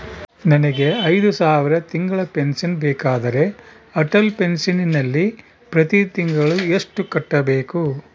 ನನಗೆ ಐದು ಸಾವಿರ ತಿಂಗಳ ಪೆನ್ಶನ್ ಬೇಕಾದರೆ ಅಟಲ್ ಪೆನ್ಶನ್ ನಲ್ಲಿ ಪ್ರತಿ ತಿಂಗಳು ಎಷ್ಟು ಕಟ್ಟಬೇಕು?